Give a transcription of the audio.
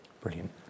Brilliant